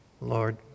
Lord